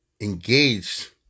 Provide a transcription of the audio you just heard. engaged